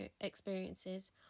experiences